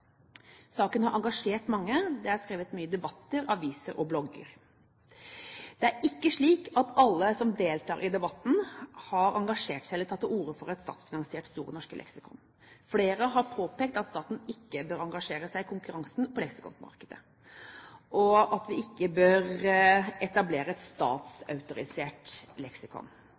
Saken har engasjert mange. Det er skrevet mye i debatter, aviser og blogger. Det er ikke slik at alle som deltar i debatten, har engasjert seg eller tatt til orde for et statsfinansiert Store norske leksikon. Flere har påpekt at staten ikke bør engasjere seg i konkurransen på leksikonmarkedet, og at vi ikke bør etablere et «statsautorisert» leksikon.